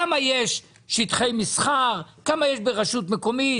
כמה שטחי מסחר יש ברשות מקומית?